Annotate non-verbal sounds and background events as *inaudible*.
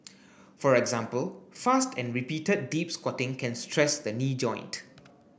*noise* for example fast and repeated deep squatting can stress the knee joint